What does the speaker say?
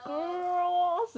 !eww!